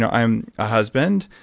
i'm a husband,